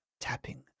tapping